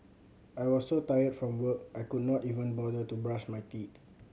I was so tired from work I could not even bother to brush my teeth